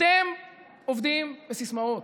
אתם עובדים בסיסמאות.